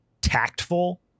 tactful